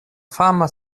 fama